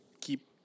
keep